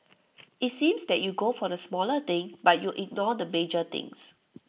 IT seems that you go for the smaller thing but you ignore the major things